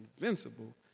invincible